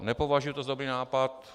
Nepovažuji to za dobrý nápad.